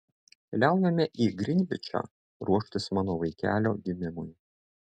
keliaujame į grinvičą ruoštis mano vaikelio gimimui